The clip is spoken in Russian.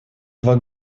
два